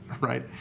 right